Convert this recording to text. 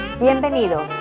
Bienvenidos